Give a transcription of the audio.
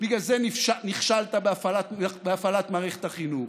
בגלל זה נכשלת בהפעלת מערכת החינוך.